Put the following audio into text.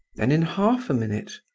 then in half a minute,